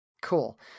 Cool